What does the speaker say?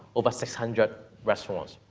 over six hundred restaurants.